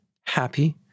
happy